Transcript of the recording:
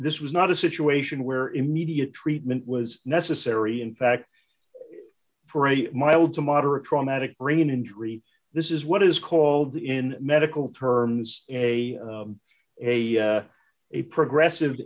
this was not a situation where immediate treatment was necessary in fact for a mild to moderate traumatic brain injury this is what is called in medical terms a a a progressive